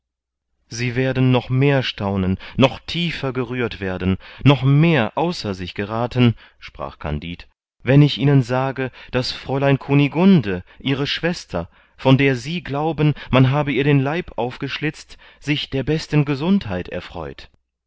sie werden noch mehr staunen noch tiefer gerührt werden noch mehr außer sich gerathen sprach kandid wenn ich ihnen sage daß fräulein kunigunde ihre schwester von der sie glauben man habe ihr den leib aufgeschlitzt sich der besten gesundheit erfreut